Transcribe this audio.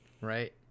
Right